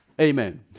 Amen